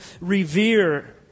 revere